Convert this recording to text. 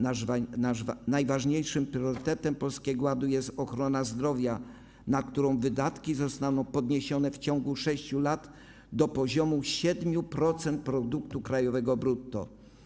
Najważniejszym priorytetem Polskiego Ładu jest ochrona zdrowia, na którą wydatki zostaną podniesione w ciągu 6 lat do poziomu 7% produktu krajowego brutto.